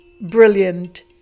brilliant